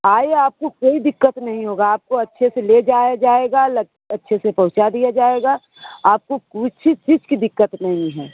आइए आपको कोई दिक़्क़त नहीं होगी आपको अच्छे से ले जाया जाएगा लग अच्छे से पहुँचा दिया जाएगा आपको कुछ चीज़ की दिक़्क़त नहीं है